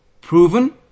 proven